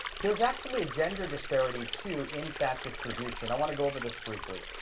there's actually a gender disparity, too, in fat distribution. i want to go over this briefly.